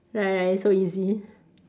right right it's so easy